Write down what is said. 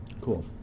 cool